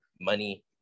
money